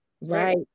Right